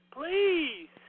please